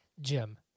Jim